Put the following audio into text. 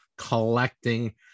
collecting